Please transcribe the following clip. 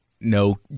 No